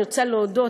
אני רוצה להודות